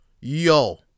Yo